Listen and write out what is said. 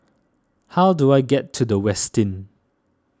how do I get to the Westin